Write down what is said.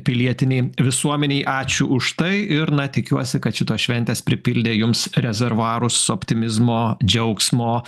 pilietinei visuomenei ačiū už tai ir na tikiuosi kad šitos šventės pripildė jums rezervuarus optimizmo džiaugsmo